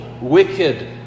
wicked